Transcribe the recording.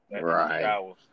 Right